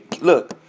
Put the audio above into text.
Look